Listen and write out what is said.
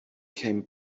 came